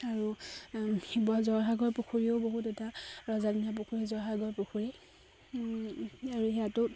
আৰু শিৱ জয়সাগৰ পুখুৰীও বহুত এটা ৰজাদিনীয়া পুখুৰী জয়সাগৰ পুখুৰী আৰু সেয়াতো